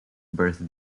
birth